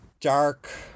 dark